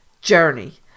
journey